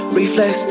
reflex